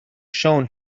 shown